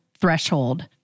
threshold